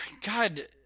God